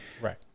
right